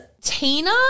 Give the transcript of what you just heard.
Tina